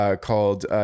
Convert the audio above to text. called